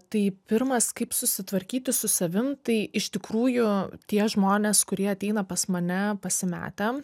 tai pirmas kaip susitvarkyti su savim tai iš tikrųjų tie žmonės kurie ateina pas mane pasimetę